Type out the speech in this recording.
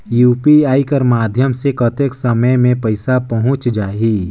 UPI कर माध्यम से कतेक समय मे पइसा पहुंच जाहि?